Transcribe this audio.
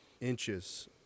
inches